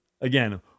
Again